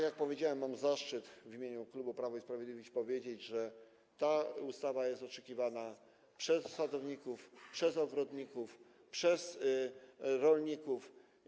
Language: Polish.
Jak powiedziałem, mam zaszczyt w imieniu klubu Prawo i Sprawiedliwość powiedzieć, że ta ustawa jest oczekiwana przez sadowników, ogrodników i rolników.